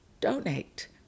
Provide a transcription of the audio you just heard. donate